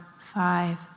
five